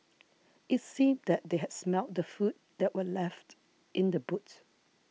it seemed that they had smelt the food that were left in the boot